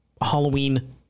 Halloween